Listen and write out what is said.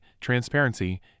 transparency